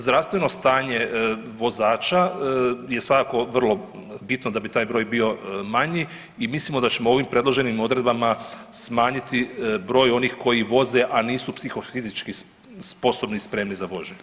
Zdravstveno stanje vozača je svakako vrlo bitno da bi taj broj bio manji i mislimo da ćemo ovim predloženim odredbama smanjiti broj onih koji voze, a nisu psihofizički sposobni i spremni za vožnju.